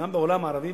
גם בעולם הערבי,